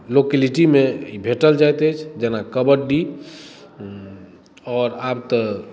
लोकलैटीमे ई भेटल जाइत अछि जेना कबड्डी आब तऽ